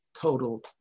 total